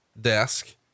desk